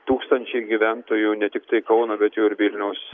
tūkstančiai gyventojų ne tiktai kauno bet jau ir vilniaus